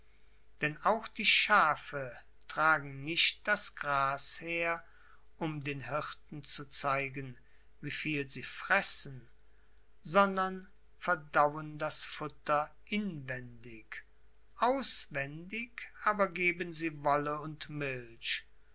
denn auch die schafe tragen nicht das gras her um den hirten zu zeigen wie viel sie fressen sondern verdauen das futter in wendig auswendig aber geben sie wolle und milch